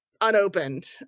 unopened